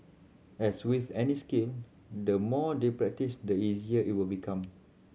as with any skill the more they practise the easier it will become